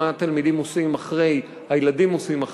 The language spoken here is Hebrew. מה התלמידים עושים אחרי בית-הספר,